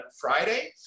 Friday